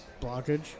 Blockage